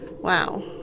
Wow